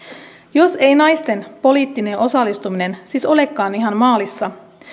jos ei naisten poliittinen osallistuminen siis olekaan ihan maalissa